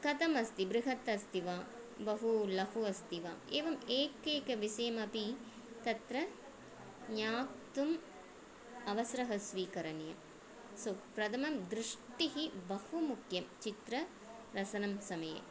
कथम् अस्ति बृहत् अस्ति वा बहुलघु अस्ति वा एवम् एकैकविषयमपि तत्र ज्ञातुम् अवसरः स्वीकरणीयः सो प्रथमं दृष्टिः बहुमुख्या चित्ररचनसमये